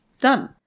Done